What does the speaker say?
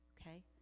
okay